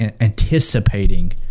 anticipating